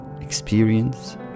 experience